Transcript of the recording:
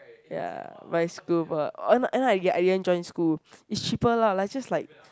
ya but it's scuba end up end up I didn't I didn't join school it's cheaper lah like it's just like